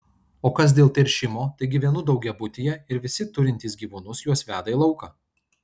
o kas dėl teršimo tai gyvenu daugiabutyje ir visi turintys gyvūnus juos veda į lauką